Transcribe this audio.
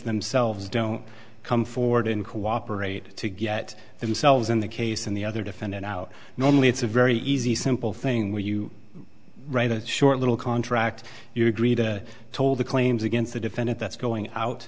themselves don't come forward and cooperate to get themselves in the case and the other defendant out normally it's a very easy simple thing where you write a short little contract you agree to told the claims against the defendant that's going out